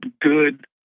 good